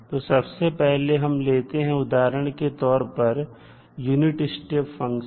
तो सबसे पहले हम लेते हैं उदाहरण के तौर पर यूनिट स्टेप फंक्शन